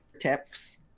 tips